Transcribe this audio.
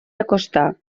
acostar